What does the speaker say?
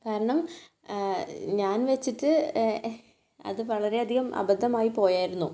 കാരണം ഞാൻ വെച്ചിട്ട് അത് വളരെയധികം അബദ്ധമായി പോയായിരുന്നു